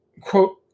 quote